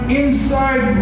inside